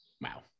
wow